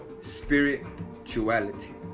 spirituality